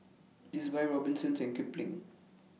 Ezbuy Robinsons and Kipling